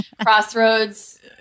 Crossroads